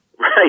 Right